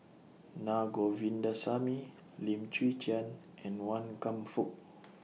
Na Govindasamy Lim Chwee Chian and Wan Kam Fook